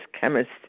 chemist